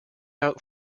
out